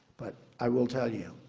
but i will tell you,